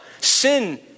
sin